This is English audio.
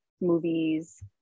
movies